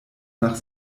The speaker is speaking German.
nach